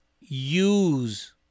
use